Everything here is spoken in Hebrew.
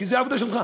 כי זו העבודה שלך.